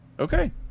Okay